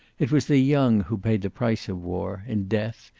it was the young who paid the price of war, in death,